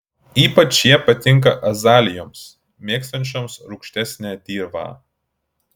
ypač jie patinka azalijoms mėgstančioms rūgštesnę dirvą